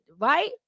right